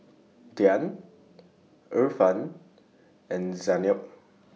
Dian Irfan and Zaynab